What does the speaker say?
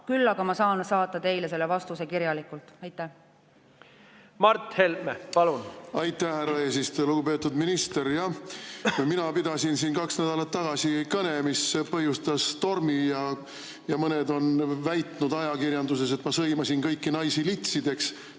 Küll aga ma saan saata teile selle vastuse kirjalikult. Mart Helme, palun! Mart Helme, palun! Aitäh, härra eesistuja! Lugupeetud minister! Mina pidasin siin kaks nädalat tagasi kõne, mis põhjustas tormi, ja mõned on väitnud ajakirjanduses, et ma sõimasin kõiki naisi litsideks,